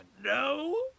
no